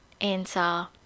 answer